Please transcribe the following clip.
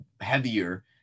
heavier